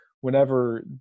whenever